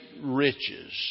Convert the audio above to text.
riches